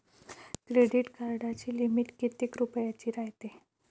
Credit कार्डाची limit कितीक रुपयाची रायते?